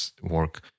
work